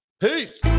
peace